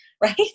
Right